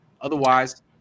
Otherwise